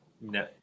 No